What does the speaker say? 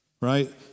Right